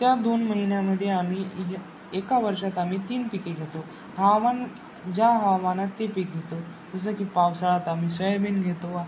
त्या दोन महिन्यामध्ये आम्ही ह्या एका वर्षात आम्ही तीन पिके घेतो हवामान ज्या हवामानात ते पीक घेतो जसं की पावसाळ्यात आम्ही सोयाबीन घेतो